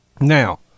Now